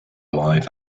live